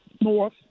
north